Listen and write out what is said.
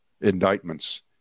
indictments